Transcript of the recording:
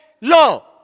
law